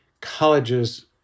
colleges